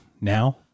now